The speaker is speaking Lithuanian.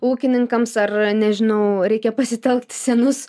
ūkininkams ar nežinau reikia pasitelkt senus